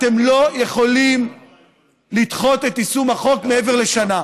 אתם לא יכולים לדחות את יישום החוק מעבר לשנה.